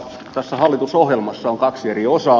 tässä hallitusohjelmassa on kaksi eri osaa